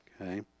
Okay